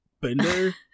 Bender